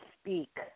speak